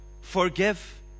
forgive